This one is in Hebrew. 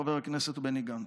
חבר הכנסת בני גנץ.